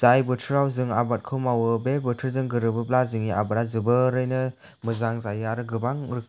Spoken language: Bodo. जाय बोथोराव जों आबादखौ मावो बे बोथोरजों गोरोबोब्ला जोंनि आबादा जोबोरैनो मोजां जायो आरो गोबां